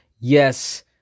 Yes